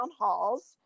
halls